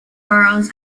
burrows